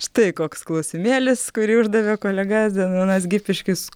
štai koks klausimėlis kurį uždavė kolega zenonas gipiškis